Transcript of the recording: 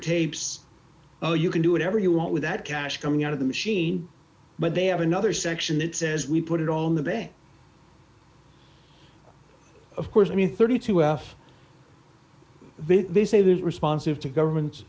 tapes oh you can do whatever you want with that cash coming out of the machine but they have another section that says we put it all in the bank of course i mean thirty two f they say that is responsive to governments